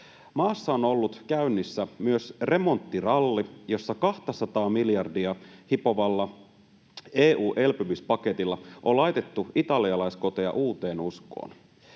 Maassa on ollut käynnissä myös remonttiralli, jossa 200:aa miljardia hipovalla EU-elpymispaketilla on laitettu italialaiskoteja uuteen uskoon.